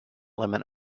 limit